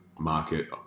market